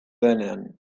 denean